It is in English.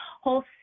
whole